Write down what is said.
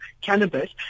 cannabis